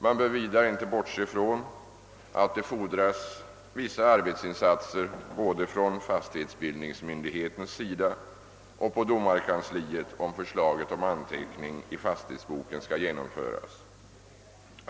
Man bör vidare inte bortse från att ett genomförande av förslaget om anteckning i fastighetsboken medför krav på vissa arbetsinsatser både från fastighetsbildningsmyndigheten och på domarkansliet.